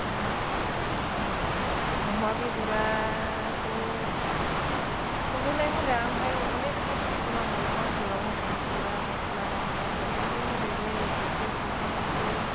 अमा अमा अमा बेदराथ' संनोलाय मोजां ओमफ्राय अनेकथा बुस्तु नांगौ अमा बेदराव हनै जिरा मसला नांगौ हायजेंबो होदेरलायो खायसे सामब्राम गुफुर